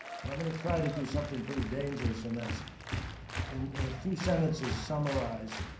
but i'm going to try to do something pretty dangerous. and that's in in a few sentences summarize